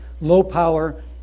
low-power